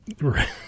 Right